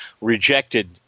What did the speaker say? rejected